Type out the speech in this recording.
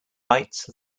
lights